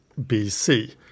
BC